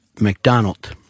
McDonald